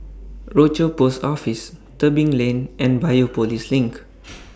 Rochor Post Office Tebing Lane and Biopolis LINK